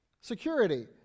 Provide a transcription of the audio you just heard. Security